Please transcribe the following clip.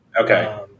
okay